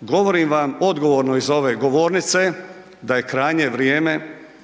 govorim vam odgovorno s ove govornice da je krajnje vrijeme